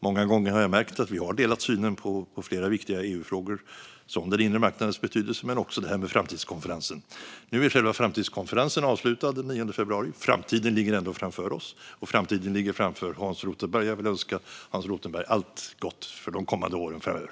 Många gånger har vi haft en samsyn i flera viktiga EU-frågor, som den inre marknadens betydelse och nämnda framtidskonferens. Nu är själva framtidskonferensen avslutad, men framtiden ligger framför oss. Framtiden ligger även framför Hans Rothenberg, och jag önskar honom allt gott framöver.